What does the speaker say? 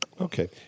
Okay